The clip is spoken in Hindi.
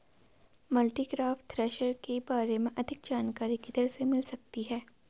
मल्टीक्रॉप थ्रेशर के बारे में अधिक जानकारी किधर से मिल सकती है?